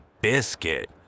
biscuit